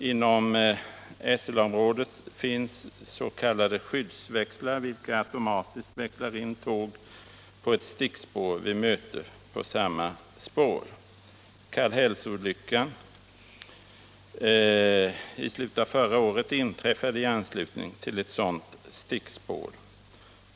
Inom SL-området finns s.k. skyddsväxlar, vilka automatiskt växlar in tåg på ett stickspår vid möte på samma spår. Kallhällsolyckan i slutet av förra året inträffade efter infart på ett sådant stickspår.